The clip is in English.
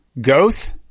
goth